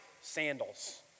sandals